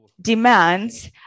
demands